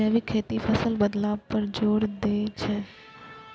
जैविक खेती फसल बदलाव पर जोर दै छै